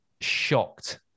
shocked